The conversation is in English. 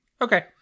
Okay